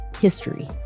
history